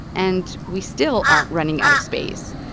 and we still aren't running out of space.